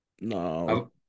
no